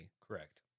correct